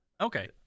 Okay